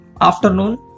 afternoon